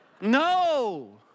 No